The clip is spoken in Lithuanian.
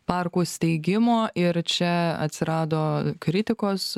parkų steigimų ir čia atsirado kritikos